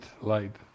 light